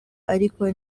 ariko